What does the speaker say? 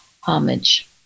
homage